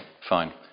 fine